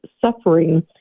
suffering